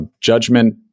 judgment